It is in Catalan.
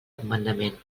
comandament